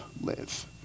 live